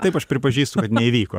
taip aš pripažįstu kad neįvyko